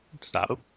stop